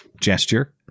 gesture